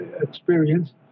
experience